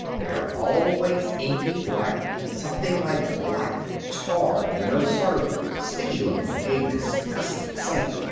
they are always inky black, something like black tar, you know, sort of sticky-looking, a disgusting sight.